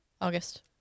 August